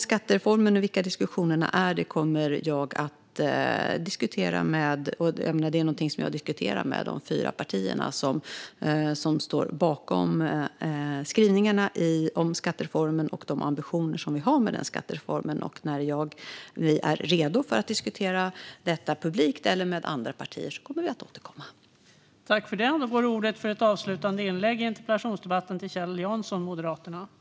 Skattereformen och de ambitioner som vi har med den är någonting som jag diskuterar med de fyra partier som står bakom skrivningarna om skattereformen. När vi är redo att diskutera detta publikt eller med andra partier kommer vi att återkomma.